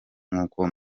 nkuko